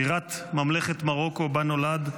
בירת ממלכת מרוקו, שבה נולד,